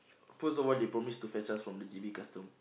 first of all they promise to fetch us from the J_B custom